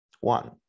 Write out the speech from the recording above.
one